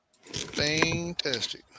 Fantastic